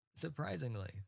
surprisingly